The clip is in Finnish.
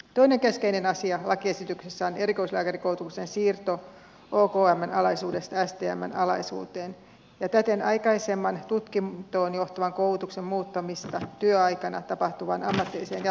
toinen keskeinen asia lakiesityksessä on erikoislääkärikoulutuksen siirto okmn alaisuudesta stmn alaisuuteen ja täten aikaisemman tutkintoon johtavan koulutuksen muuttaminen työaikana tapahtuvaksi ammatilliseksi jatkokoulutukseksi